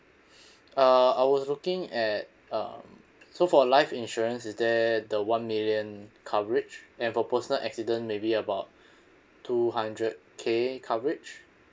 uh I was looking at um so for life insurance is there the one million coverage and for personal accident maybe about two hundred K coverage